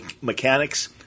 Mechanics